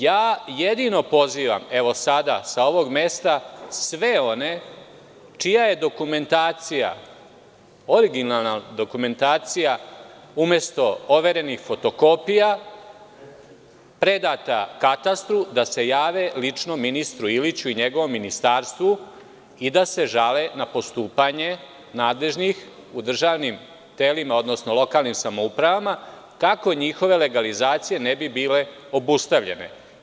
Ja jedino pozivam, evo sada, sa ovog mesta, sve one čija je originalna dokumentacija umesto overenih fotokopija predata katastru, da se jave lično ministru Iliću i njegovom ministarstvu i da se žale na postupanje nadležnih u državnim telima, odnosno lokalnim samoupravama, kako njihove legalizacije ne bi bile obustavljene.